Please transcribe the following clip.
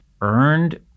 earned